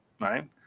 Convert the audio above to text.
right